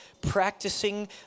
practicing